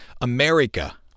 america